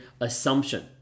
assumption